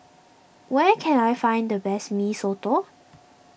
where can I find the best Mee Soto